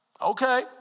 okay